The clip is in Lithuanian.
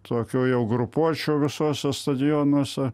tokioj jau grupuočių visose stadionuose